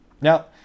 Now